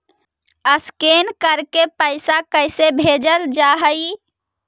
Scan करके पैसा कैसे भेजल जा हइ?